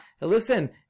listen